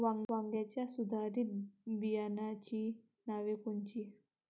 वांग्याच्या सुधारित बियाणांची नावे कोनची?